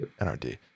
NRD